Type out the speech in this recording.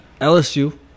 LSU